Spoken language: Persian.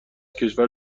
کشور